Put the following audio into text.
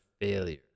failure